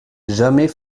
jamais